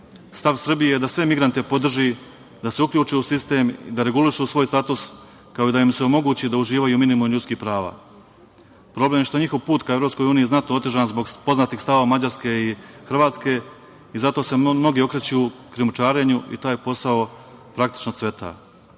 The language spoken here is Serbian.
Srbije je da sve migrante podrži, da se uključi u sistem, da regulišu svoj status, kao i da im se omogući da uživaju minimum ljudskih prava. Problem je što njihov put ka EU je znatno otežan zbog poznatih stavova Mađarske i Hrvatske i zato se mnogi okreću krijumčarenju i taj posao praktično cveta.U